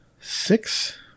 six